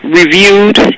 reviewed